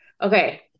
Okay